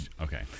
okay